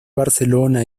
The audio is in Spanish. barcelona